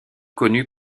connu